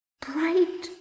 bright